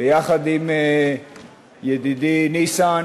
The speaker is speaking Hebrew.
ביחד עם ידידי ניסן,